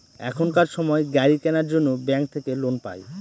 এখনকার সময় গাড়ি কেনার জন্য ব্যাঙ্ক থাকে লোন পাই